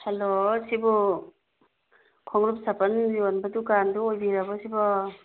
hello ꯁꯤꯕꯨ ꯈꯣꯡꯎꯞ ꯆꯄꯜ ꯌꯣꯟꯕ ꯗꯨꯀꯥꯟꯗꯨ ꯑꯣꯏꯕꯤꯔꯕꯣ ꯁꯤꯕꯣ